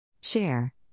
Share